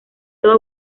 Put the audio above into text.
toda